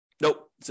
Nope